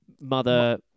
mother